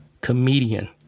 comedian